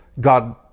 god